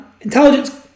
intelligence